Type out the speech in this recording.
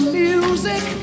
music